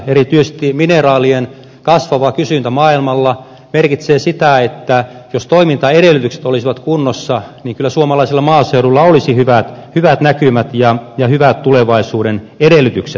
erityisesti mineraalien kasvava kysyntä maailmalla merkitsee sitä että jos toimintaedellytykset olisivat kunnossa niin kyllä suomalaisella maaseudulla olisivat hyvät näkymät ja hyvän tulevaisuuden edellytykset